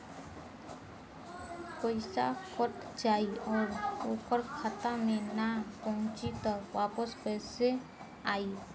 पईसा कट जाई और ओकर खाता मे ना पहुंची त वापस कैसे आई?